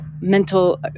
mental